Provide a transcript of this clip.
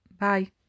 Bye